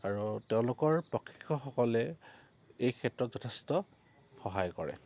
আৰু তেওঁলোকৰ প্ৰশিক্ষকসকলে এই ক্ষেত্ৰত যথেষ্ট সহায় কৰে